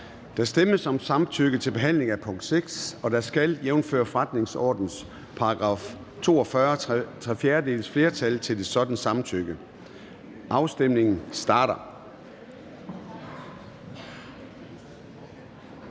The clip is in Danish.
Der stemmes om samtykke til behandling af punkt 6, og der skal, jævnfør forretningsordenens § 42, tre fjerdedeles flertal til et sådant samtykke. Afstemningen starter.